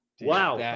Wow